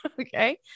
okay